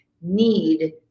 need